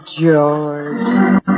George